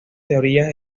teorías